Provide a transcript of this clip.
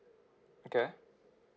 okay